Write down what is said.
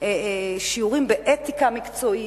שיעורים באתיקה מקצועית,